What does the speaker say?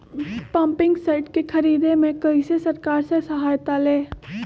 Pumping set के ख़रीदे मे कैसे सरकार से सहायता ले?